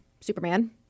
Superman